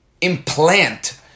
implant